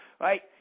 right